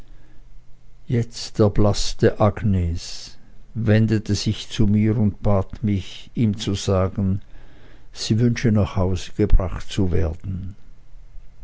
jetzt erblaßte agnes wendete sich zu mir und bat mich ihm zu sagen sie wünsche nach hause gebracht zu werden